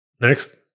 Next